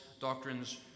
doctrines